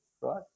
right